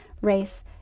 race